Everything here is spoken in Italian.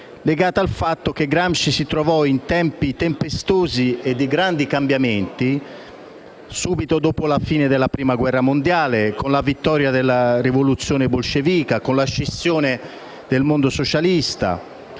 legato al fatto che Gramsci visse in tempi tempestosi e di grandi cambiamenti: subito dopo la fine della Prima guerra mondiale, ci fu la vittoria della rivoluzione bolscevica, la scissione del mondo socialista